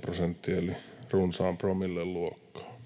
prosenttia eli runsaan promillen luokkaa.